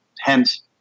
Hence